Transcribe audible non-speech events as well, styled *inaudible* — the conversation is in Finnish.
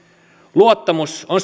luottamus on *unintelligible*